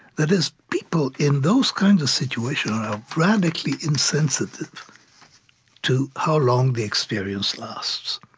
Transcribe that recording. that is, people in those kinds of situations radically insensitive to how long the experience lasts.